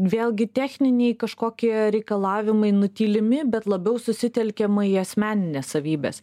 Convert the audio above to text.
vėlgi techniniai kažkokie reikalavimai nutylimi bet labiau susitelkiama į asmenines savybes